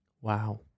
Wow